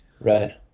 Right